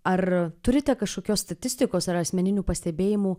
ar turite kažkokios statistikos ar asmeninių pastebėjimų